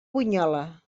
bunyola